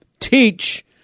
Teach